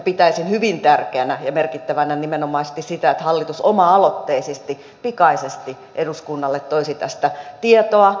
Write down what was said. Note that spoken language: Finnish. pitäisin hyvin tärkeänä ja merkittävänä nimenomaisesti sitä että hallitus oma aloitteisesti pikaisesti eduskunnalle toisi tästä tietoa